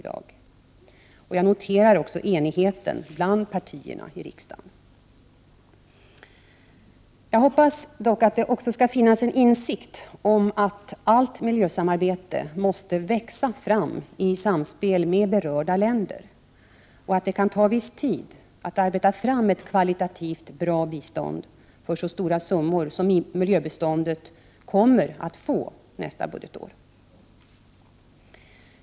Jag noterar också enigheten bland partierna i riksdagen. Jag hoppas dock att det också skall finnas en insikt om att allt miljösamarbete måste växa fram i samspel med berörda länder, och att det kan ta viss tid att arbeta fram ett kvalitativt bra bistånd för så stora summor som miljöbiståndet kommer att få nästa budgetår.